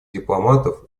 дипломатов